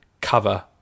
cover